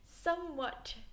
somewhat